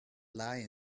lie